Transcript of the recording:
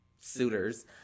suitors